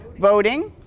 voting.